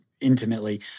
intimately